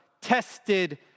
tested